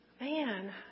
Man